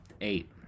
eight